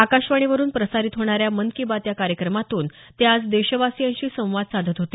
आकाशवाणीवरुन प्रसारित होणाऱ्या मन की बात या कार्यक्रमातून ते आज देशवासीयांशी संवाद साधत होते